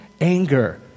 anger